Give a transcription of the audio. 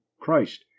Christ